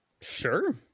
Sure